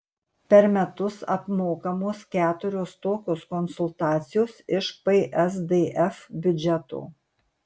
per metus apmokamos keturios tokios konsultacijos iš psdf biudžeto